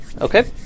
Okay